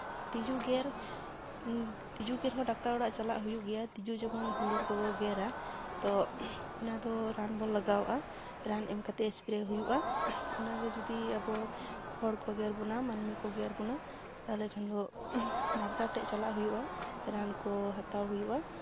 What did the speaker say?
ᱛᱤᱡᱩ ᱜᱮᱨ ᱛᱤᱡᱩ ᱜᱮᱨ ᱦᱚᱸ ᱰᱟᱠᱛᱟᱨ ᱚᱲᱟᱜ ᱪᱟᱞᱟᱜ ᱦᱩᱭᱩᱜ ᱜᱮᱭᱟ ᱛᱤᱡᱩ ᱡᱮᱢᱚᱱ ᱦᱩᱲᱩ ᱠᱚᱠᱚ ᱜᱮᱨᱟ ᱛᱚ ᱚᱱᱟ ᱫᱚ ᱨᱟᱱ ᱵᱚᱱ ᱞᱟᱜᱟᱣᱟᱜᱼᱟ ᱨᱟᱱ ᱮᱢ ᱠᱟᱛᱮ ᱮᱥᱯᱨᱮᱹ ᱦᱩᱭᱩᱜᱼᱟ ᱚᱱᱟ ᱜᱮ ᱡᱩᱫᱤ ᱟᱵᱚ ᱦᱚᱲ ᱠᱚ ᱜᱮᱨ ᱵᱚᱱᱟ ᱢᱟᱹᱱᱢᱤ ᱠᱚ ᱜᱮᱨ ᱵᱚᱱᱟ ᱛᱟᱦᱞᱮ ᱠᱷᱟᱱ ᱫᱚ ᱰᱟᱠᱛᱟᱨ ᱴᱷᱮᱡ ᱪᱟᱞᱟᱜ ᱦᱩᱭᱩᱜᱼᱟ ᱨᱟᱱ ᱠᱚ ᱦᱟᱛᱟᱣ ᱦᱩᱭᱩᱜᱼᱟ